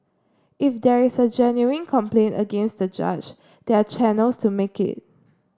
if there is a genuine complaint against the judge there are channels to make it